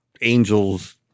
angels